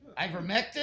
ivermectin